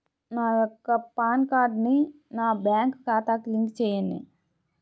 నా యొక్క పాన్ కార్డ్ని నా బ్యాంక్ ఖాతాకి లింక్ చెయ్యండి?